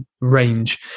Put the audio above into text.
range